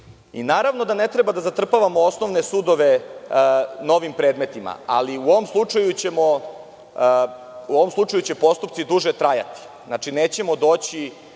sudovima. Naravno da ne treba da zatrpavamo osnovne sudove novim predmetima, ali u ovom slučaju će postupci duže trajati. Znači, nećemo doći